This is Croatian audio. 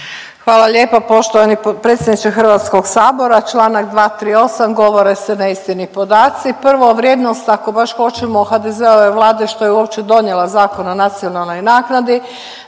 Hvala lijepo poštovani potpredsjedniče HS. Čl. 238., govore se neistini podaci. Prvo, vrijednost ako baš hoćemo HDZ-ove Vlade je što je uopće donijela Zakon o nacionalnoj naknadi,